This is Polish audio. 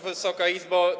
Wysoka Izbo!